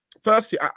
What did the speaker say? Firstly